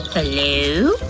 hello?